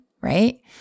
right